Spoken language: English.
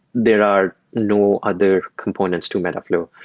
there are no other components to metaflow.